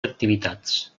activitats